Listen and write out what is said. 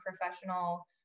professional